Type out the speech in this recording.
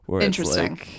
Interesting